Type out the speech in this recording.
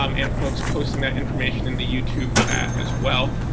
um and folks posting that information in the youtube chat as well.